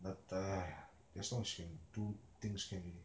!aiya! as long as she can do things can already